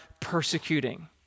persecuting